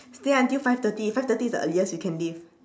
stay until five thirty five thirty is the earliest we can leave